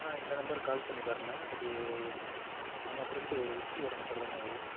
ஆ இந்த நம்பருக்கு கால் பண்ணி பாருங்கண்ண இது நம்ம ஃப்ரெண்டு விக்கியோட நம்பர் தாண்ண இது